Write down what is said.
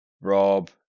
Rob